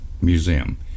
museum